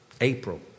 April